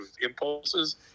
impulses